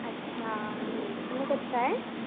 اچھا کتنے گز کا ہے